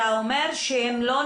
להגיד דברים.